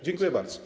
Dziękuję bardzo.